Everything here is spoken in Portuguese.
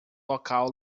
local